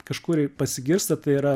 kažkur pasigirsta tai yra